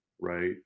right